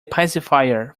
pacifier